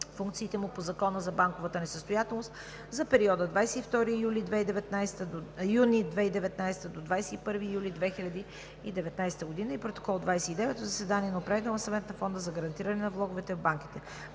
функциите му по Закона за банковата несъстоятелност за периода 22 юни 2019 г. до 21 юли 2019 г. и Протокол № 29 от заседание на Управителния съвет на Фонда за гарантиране на влоговете в банките,